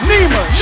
Nima